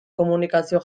komunikazio